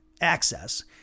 access